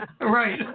Right